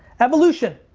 evolution.